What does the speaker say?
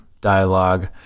dialogue